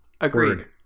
Agreed